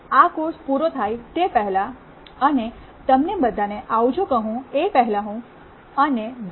આ કોર્સ પૂરો થાય તે પહેલાં અને તમને બધા ને આવજો કહું એ પેહલા હું અને ડો